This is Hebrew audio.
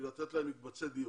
לתת להם מקבצי דיור.